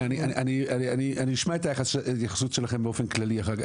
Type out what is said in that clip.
אני אשמע את ההתייחסות שלכם באופן כללי אחר כך,